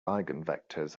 eigenvectors